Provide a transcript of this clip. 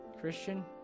Christian